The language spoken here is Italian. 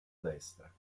destra